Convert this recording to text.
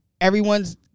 everyone's